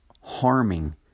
harming